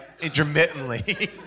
intermittently